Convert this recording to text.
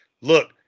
look